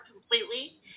completely